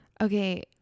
Okay